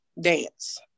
dance